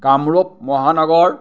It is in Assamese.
কামৰূপ মহানগৰ